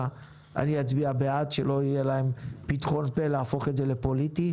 אני אצביע בעד כדי שלא יהיה פתחון פה להפוך את זה לפוליטי.